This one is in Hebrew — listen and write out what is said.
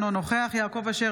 אינו נוכח יעקב אשר,